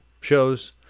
shows